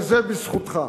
וזה בזכותך,